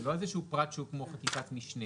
זה לא איזשהו פרט שהוא כמו חקיקת משנה.